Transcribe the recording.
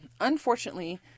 Unfortunately